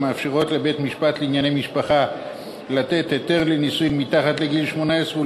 המאפשרות לבית-משפט לענייני משפחה לתת היתר לנישואין מתחת לגיל 18,